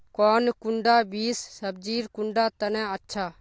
कौन कुंडा बीस सब्जिर कुंडा तने अच्छा?